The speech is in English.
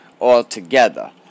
altogether